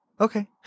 okay